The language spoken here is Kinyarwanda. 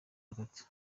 batatu